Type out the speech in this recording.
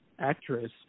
actress